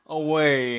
away